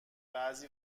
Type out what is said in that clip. بعضی